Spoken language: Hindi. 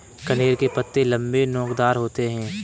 कनेर के पत्ते लम्बे, नोकदार होते हैं